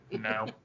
no